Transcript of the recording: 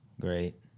Great